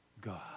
God